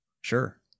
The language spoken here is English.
sure